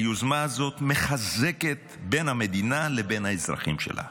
היוזמה הזאת מחזקת בין המדינה לבין האזרחים שלה.